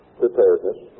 preparedness